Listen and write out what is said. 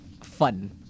Fun